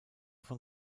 von